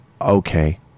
okay